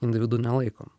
individu nelaikom